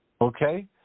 Okay